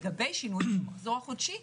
לגבי שינוים במחזור החודשי,